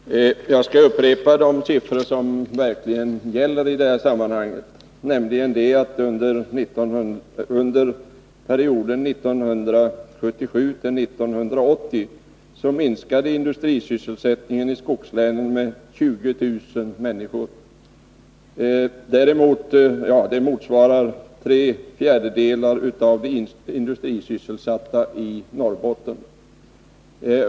Jag skall upprepa de siffror som verkligen gäller i detta sammanhang. Under perioden 1977-1980 minskade industrisysselsättningen i skogslänen med 20000. Det motsvarar tre fjärdedelar av de industrisysselsatta i Norrbotten.